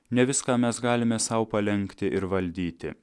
ne viską mes galime sau palenkti ir valdyti